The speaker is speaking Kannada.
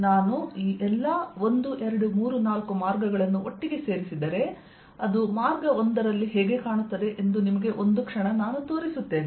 ನಾನು ಈ ಎಲ್ಲ 1 2 3 4 ಮಾರ್ಗಗಳನ್ನು ಒಟ್ಟಿಗೆ ಸೇರಿಸಿದರೆ ಅದು ಮಾರ್ಗ 1 ರಲ್ಲಿ ಹೇಗೆ ಕಾಣುತ್ತದೆ ಎಂದು ನಿಮಗೆ ಒಂದು ಕ್ಷಣ ನಾನು ತೋರಿಸುತ್ತೇನೆ